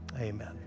amen